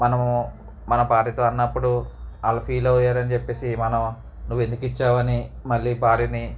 మనము మన భార్యతో అన్నప్పుడు వాళ్ళు ఫీల్ అయ్యారని చెప్పేసి మనం నువ్వు ఎందుకు ఇచ్చావని మళ్ళీ భార్యని